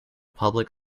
public